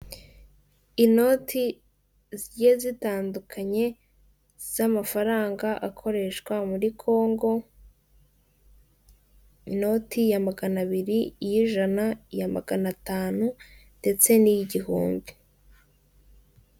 Inoti zigiye zitandukanye z'amafaranga akoreshwa muri Kongo inoti ya magana abiri, iy'ijana iya magana atanu ndetse n'iy'igihumbi.